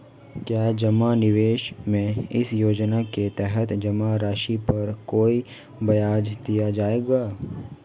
क्या जमा निवेश में इस योजना के तहत जमा राशि पर कोई ब्याज दिया जाएगा?